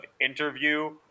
interview